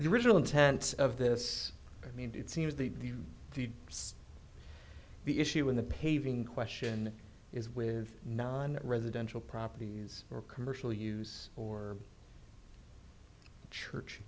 be original intent of this i mean it seems the you see the issue when the paving question is with non residential properties or commercial use or church